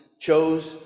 chose